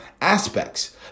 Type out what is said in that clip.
aspects